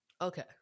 Okay